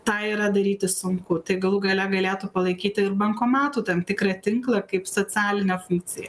tą yra daryti sunku tai galų gale galėtų palaikyti ir bankomatų tam tikrą tinklą kaip socialinę funkciją